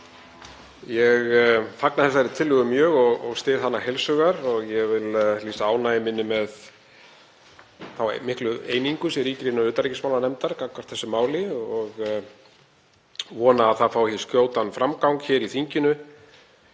Ég fagna þessari tillögu mjög og styð hana heils hugar og ég vil lýsa ánægju minni með þá miklu einingu sem ríkir innan utanríkismálanefndar gagnvart þessu máli og vona að það fái skjótan framgang hér í þinginu.